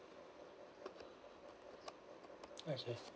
okay